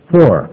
Four